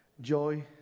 Joy